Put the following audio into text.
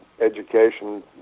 education